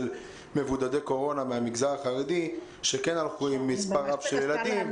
מבודדי קורונה מהמגזר החרדי שכן הלכו עם מספר רב של ילדים